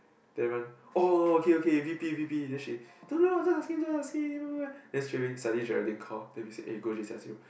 then everyone oh okay okay V_P V_P then she don't know ah just asking just asking (blah blah blah) then straight away suddenly Geraldine call then we say eh go just ask him